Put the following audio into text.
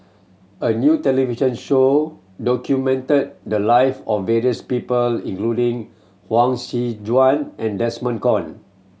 a new television show documented the life of various people including Huang Joan and Desmond Kon